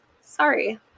Sorry